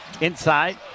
inside